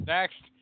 Next